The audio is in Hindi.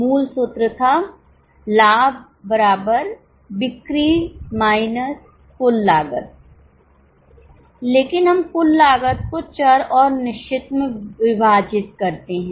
मूल सूत्र था लाभ बिक्री कुल लागत लेकिन हम कुल लागत को चर और निश्चित में विभाजित करते हैं